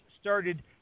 started